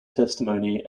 testimony